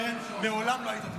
שטרן, מעולם לא היית טיפש.